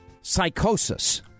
psychosis